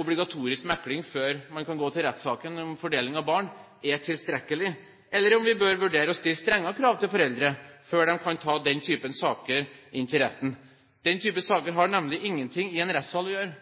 obligatorisk mekling før man kan gå til rettssak om fordeling av barn, er tilstrekkelig, eller om vi bør vurdere å stille strengere krav til foreldre før de kan ta den typen saker inn til retten. Den type saker har nemlig ingenting i en rettssal å gjøre.